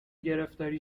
گرفتاری